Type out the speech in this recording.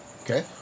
Okay